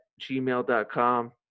gmail.com